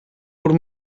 por